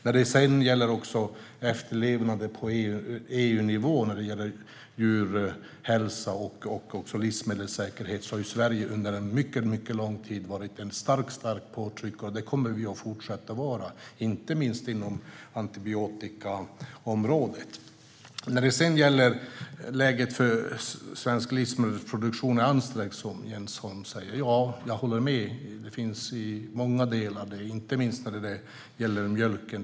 När det sedan gäller efterlevnaden på EU-nivå i fråga om djurhälsa och livsmedelssäkerhet har Sverige under mycket lång tid varit en stark påtryckare, och det kommer vi att fortsätta att vara, inte minst inom antibiotikaområdet. Svensk livsmedelsproduktion säger Jens Holm är ansträngd. Ja, jag håller med i fråga om många delar, inte minst när det gäller mjölken.